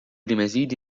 لمزيد